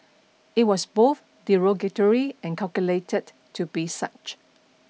it was both derogatory and calculated to be such